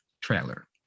trailer